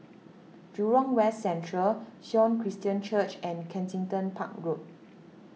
Jurong West Central Sion Christian Church and Kensington Park Road